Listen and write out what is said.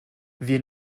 wir